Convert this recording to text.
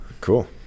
Cool